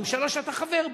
הממשלה שאתה חבר בה.